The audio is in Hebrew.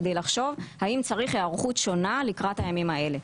כדי לחשוב האם צריך היערכות שונה לקראת הימים האלה.